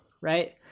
right